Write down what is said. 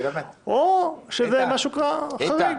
או שזה משהו חריג,